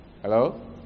hello